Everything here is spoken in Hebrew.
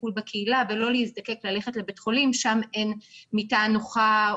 הטיפול בקהילה ולא להזדקק ללכת לבית החולים שם אין מיטה נוחה,